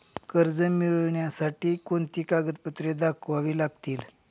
कर्ज मिळण्यासाठी कोणती कागदपत्रे दाखवावी लागतील?